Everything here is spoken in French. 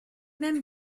même